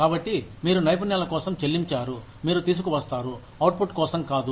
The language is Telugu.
కాబట్టి మీరు నైపుణ్యాల కోసం చెల్లించారు మీరు తీసుకువస్తారు అవుట్పుట్ కోసం కాదు